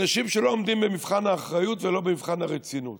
אנשים שלא עומדים במבחן האחריות ולא במבחן הרצינות,